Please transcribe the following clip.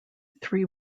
three